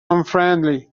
unfriendly